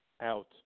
out